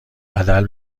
بدل